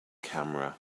camera